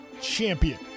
champion